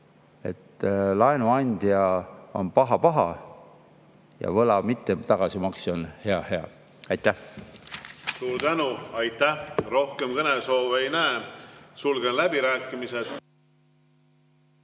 et laenuandja on paha-paha ja võla mittetagasimaksja on hea-hea. Aitäh! Suur tänu! Aitäh! Rohkem kõnesoove ei näe, sulgen läbirääkimised.